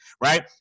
Right